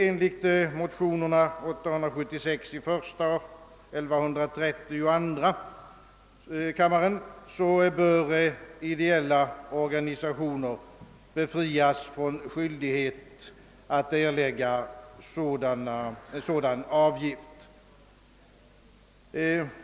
Enligt de likalydande motionerna I: 876 och II: 1130 bör ideella organisationer befrias från skyldighet att erlägga sådan avgift.